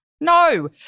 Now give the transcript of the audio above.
No